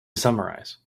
summarize